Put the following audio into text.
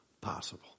possible